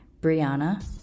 Brianna